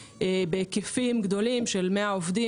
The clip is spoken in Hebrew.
בהיקפים גדולים של 100 עובדים.